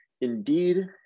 indeed